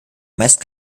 meist